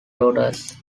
daughters